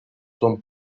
son